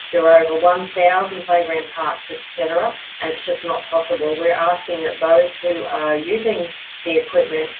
there are over one thousand playground, parks, et cetera and it's just not possible. we're asking that those who are using the equipment,